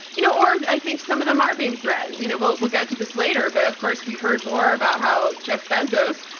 you know, or i think some of them are being threatened, you know, well, we'll get to this later, but of course we heard more about how jeff bezos,